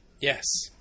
Yes